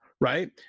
right